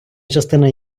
частина